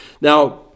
Now